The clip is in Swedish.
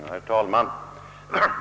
Herr talman!